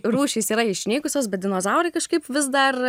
rūšys yra išnykusios bet dinozaurai kažkaip vis dar